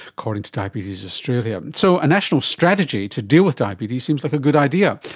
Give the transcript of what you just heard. according to diabetes australia. so a national strategy to deal with diabetes seems like a good idea,